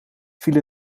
viel